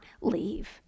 leave